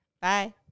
Bye